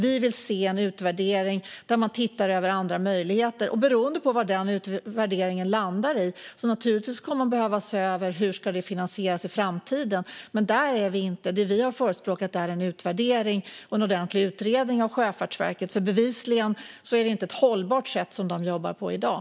Vi vill se en utvärdering där man tittar över andra möjligheter, och beroende på vad den utvärderingen landar i kommer man naturligtvis att behöva se över hur det ska finansieras i framtiden. Där är vi dock inte, utan det vi har förespråkat är en utvärdering och en ordentlig utredning av Sjöfartsverket. Bevisligen jobbar de nämligen inte på ett hållbart sätt i dag.